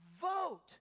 vote